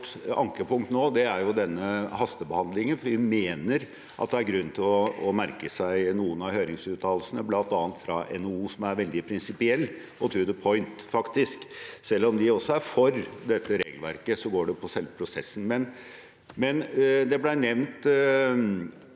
vårt ankepunkt nå, er denne hastebehandlingen, for vi mener at det er grunn til å merke seg noen av høringsuttalelsene, bl.a. fra NHO, som er veldig prinsipielle og «to the point», faktisk. Selv om de også er for dette regelverket, dreier det seg om selve prosessen.